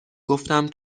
گفتم